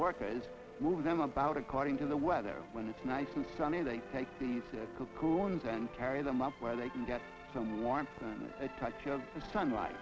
workers move them about according to the weather when it's nice and sunny they take these cocoons and carry them up where they can get some warmth a touch of sunli